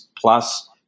plus